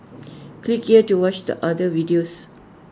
click here to watch the other videos